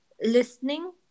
listening